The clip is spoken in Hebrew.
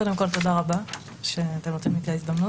קודם כל, תודה רבה שאני נותנים לי את ההזדמנות.